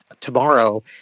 tomorrow